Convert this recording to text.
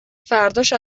فرداش